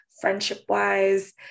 friendship-wise